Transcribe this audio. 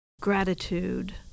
gratitude